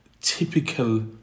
typical